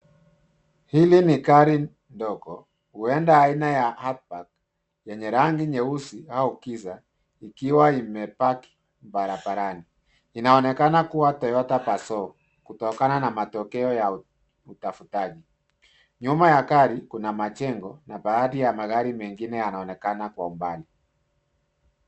Hili ni gari ndogo, huenda aina ya Outback yenye rangi nyeusi au giza, ikiwa imepaki barabarani. Inaonekana kuwa Toyota Passo kutokana na matokeo ya utafutaji. Nyuma ya gari kuna majengo na baadhi ya magari mengine yanaonekana kwa umbali.